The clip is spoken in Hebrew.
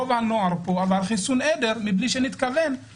רוב הנוער התחסן מהמחלה מבלי שנתכוון ויש חיסון עדר?